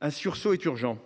Un sursaut est urgent.